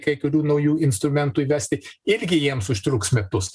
kai kurių naujų instrumentų įvesti irgi jiems užtruks metus